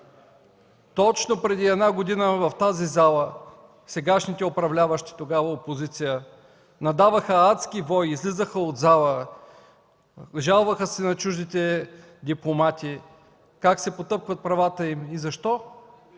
Точно преди една година в тази зала сегашните управляващи, тогава опозиция, надаваха адски вой, излизаха от зала, жалваха се на чуждите дипломати как се потъпкват правата им и – защо?